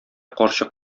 карчык